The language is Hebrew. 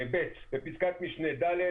" בפסקת משנה (ד),